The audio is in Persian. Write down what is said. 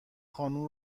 خانم